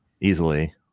easily